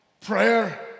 prayer